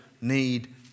need